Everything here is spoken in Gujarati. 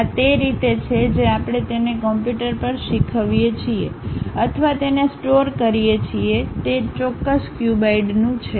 આ તે રીતે છે જે આપણે તેને કમ્પ્યુટર પર શીખવીએ છીએ અથવા તેને સ્ટોર કરીએ છીએ કે તે તે ચોક્કસ ક્યુબઇડનું છે